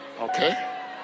Okay